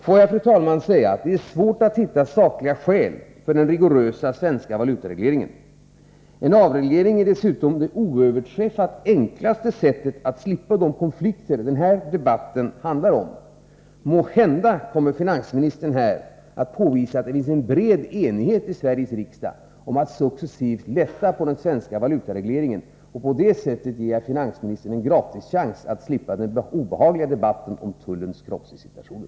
Får jag, fru talman, säga att det är svårt att hitta sakliga skäl för den rigorösa svenska valutaregleringen. En avreglering är dessutom det oöverträffat enklaste sättet att slippa de konflikter denna debatt handlar om. Måhända kommer finansministern här att påvisa att det finns en bred enighet i Sveriges riksdag om att man successivt skall lätta på den svenska valutaregleringen, och på det sättet ger jag finansministern en gratischans att slippa den obehagliga debatten om tullens kroppsvisitationer.